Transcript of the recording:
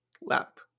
lap